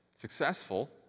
successful